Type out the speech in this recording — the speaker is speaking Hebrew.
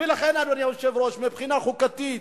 ולכן, אדוני היושב-ראש, מבחינה חוקתית